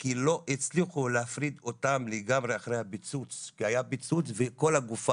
כי לא הצליחו להפריד אותם לגמרי אחרי הפיצוץ וכל הגופה